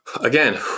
Again